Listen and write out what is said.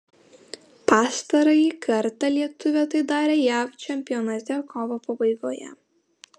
pastarąjį kartą lietuvė tai darė jav čempionate kovo pabaigoje